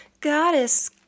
Goddess